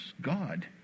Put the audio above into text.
God